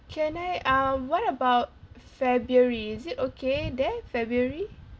can I uh what about february is it okay there february